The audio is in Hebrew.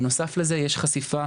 בנוסף לזה יש חשיפה,